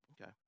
Okay